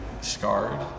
scarred